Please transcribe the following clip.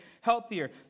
healthier